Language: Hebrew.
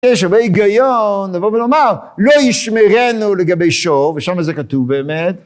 יש הרבה היגיון לבוא ולומר לא ישמרנו לגבי שור ושם זה כתוב באמת.